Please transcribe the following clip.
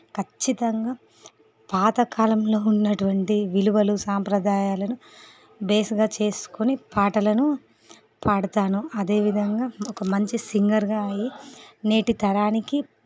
ఖచ్చితంగా పాత కాలంలో ఉన్నటువంటి విలువలు సాంప్రదాయాలను బేస్గా చేసుకొని పాటలను పాడతాను అదే విధంగా ఒక మంచి సింగర్గా అయ్యి నేటి తరానికి